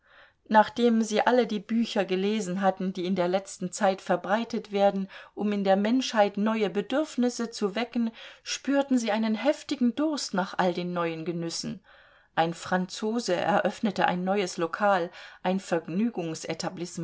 nachdem sie alle die bücher gelesen hatten die in der letzten zeit verbreitet werden um in der menschheit neue bedürfnisse zu wecken spürten sie einen heftigen durst nach all den neuen genüssen ein franzose eröffnete ein neues lokal ein